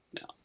No